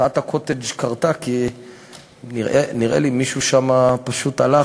נראה לי שמחאת הקוטג' קרתה כי מישהו שם פשוט הלך,